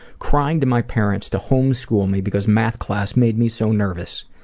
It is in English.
crying to my parents to home school me because math class made me so nervous,